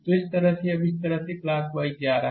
तो इस तरह से अब इस तरह से क्लॉकवाइज जा रहा है